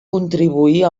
contribuir